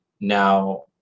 Now